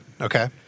Okay